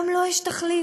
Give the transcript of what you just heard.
גם לו יש תחליף.